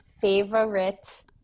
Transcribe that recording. favorite